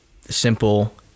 simple